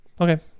okay